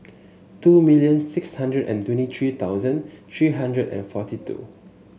two million six hundred and twenty three thousand three hundred and forty two